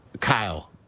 Kyle